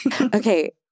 okay